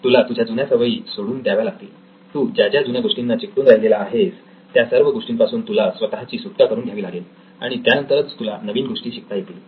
तुला तुझ्या जुन्या सवयी सोडून द्याव्या लागतील तू ज्याज्या जुन्या गोष्टींना चिकटून राहिलेला आहेस त्या सर्व गोष्टींपासून तुला स्वतःची सुटका करून घ्यावी लागेल आणि त्यानंतरच तुला नवीन गोष्टी शिकता येतील